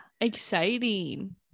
Exciting